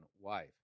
wife